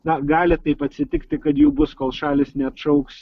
na gali taip atsitikti kad jau bus kol šalys neatšauks